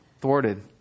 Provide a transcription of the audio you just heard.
thwarted